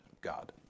God